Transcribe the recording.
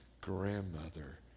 grandmother